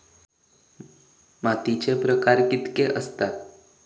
मातीचे प्रकार कितके आसत?